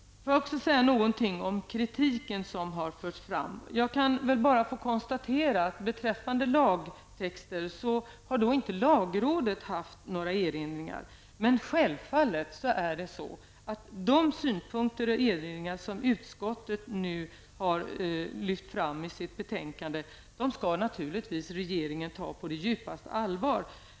Jag vill också säga någonting om den kritik som har förts fram. Jag kan väl bara få konstatera att lagrådet inte har haft några erinringar beträffande lagtexten. Men självfallet skall regeringen ta de synpunkter och de erinringar som utskottet har lyft fram i sitt betänkande på djupaste allvar.